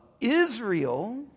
Israel